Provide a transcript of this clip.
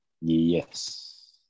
Yes